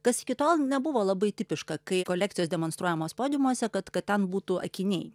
kas iki tol nebuvo labai tipiška kai kolekcijos demonstruojamos podiumuose kad kad ten būtų akiniai